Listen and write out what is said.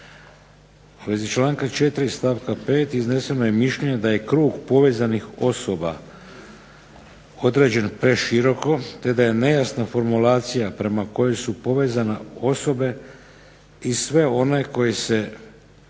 U vezi članka 4. stavka 5. izneseno je mišljenje da je krug povezanih osoba određen preširoko, te da je nejasna formulacija prema kojoj su povezane osobe i sve one koje se